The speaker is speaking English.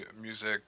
music